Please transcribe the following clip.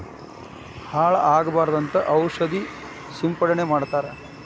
ಹಾಳ ಆಗಬಾರದಂತ ಔಷದ ಸಿಂಪಡಣೆ ಮಾಡ್ತಾರ